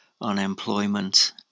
unemployment